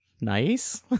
nice